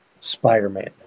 Spider-Man